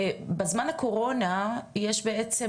בזמן הקורונה יש בעצם,